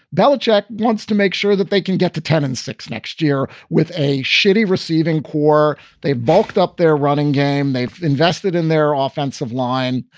belichick wants to make sure that they can get to ten and six next year with a shitty receiving corps. they bulked up their running game. they've invested in their ah offensive line.